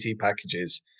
packages